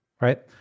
right